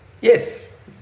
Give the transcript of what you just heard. Yes